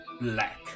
black